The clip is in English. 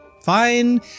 fine